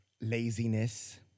laziness